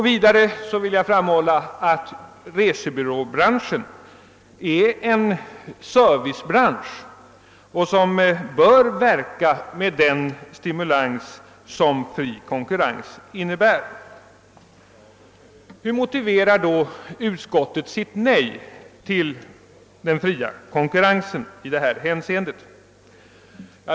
Vidare vill jag framhålla att resebyråbranschen är en servicebransch, som bör verka med den stimulans som fri konkurrens innebär. Hur motiverar då utskottet sitt nej till den fria konkurrensen i det här hänseendet?